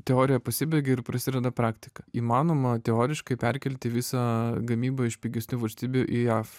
teorija pasibaigia ir prasideda praktika įmanoma teoriškai perkelti visą gamybą iš pigesnių valstybių į jav